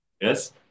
yes